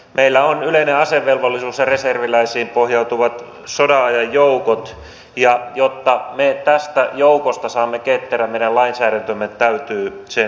meillä on yleinen asevelvollisuus ja reserviläisiin pohjautuvat sodanajan joukot ja jotta me tästä joukosta saamme ketterän meidän lainsäädäntömme täytyy se mahdollistaa